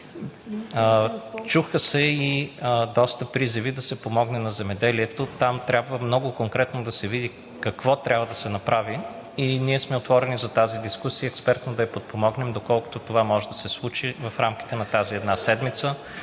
Чуха се и доста призиви да се помогне на земеделието. Там много конкретно да се види какво трябва да се направи. Ние сме отворени за тази дискусия и ще я подпомогнем експертно, доколкото това може да се случи в рамките на тази една седмица,